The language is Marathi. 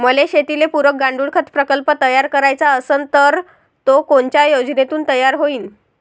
मले शेतीले पुरक गांडूळखत प्रकल्प तयार करायचा असन तर तो कोनच्या योजनेतून तयार होईन?